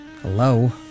Hello